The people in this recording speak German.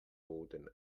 boden